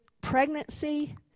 pregnancy